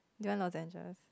do you want lozenges